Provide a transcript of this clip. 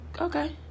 okay